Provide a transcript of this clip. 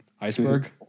Iceberg